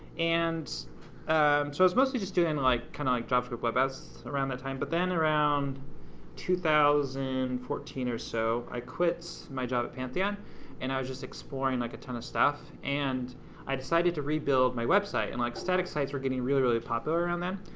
and so i was mostly just doing like kind of like javascript web apps around that time but then around two thousand and fourteen or so, i quit my job at pantheon and i was just exploring like a ton of stuff and i decided to rebuild my website. and like static sites were getting really, really popular around then,